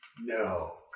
No